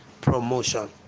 Promotion